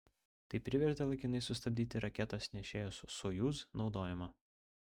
tai privertė laikinai sustabdyti raketos nešėjos sojuz naudojimą